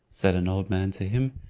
said an old man to him,